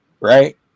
right